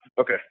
Okay